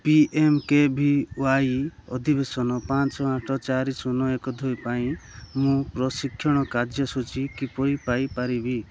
P M K V Y ଅଧିବେଶନ ପାଞ୍ଚ ଆଠ ଚାରି ଶୂନ ଏକ ଦୁଇ ପାଇଁ ମୁଁ ପ୍ରଶିକ୍ଷଣ କାର୍ଯ୍ୟସୂଚୀ କିପରି ପାଇପାରିବି